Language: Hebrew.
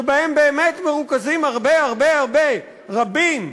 שבהם באמת מרוכזים הרבה הרבה הרבה, רבים,